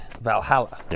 Valhalla